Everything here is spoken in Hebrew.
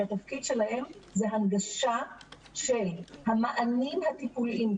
כי התפקיד שלהם זה הנגשה של המענים הטיפוליים,